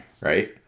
right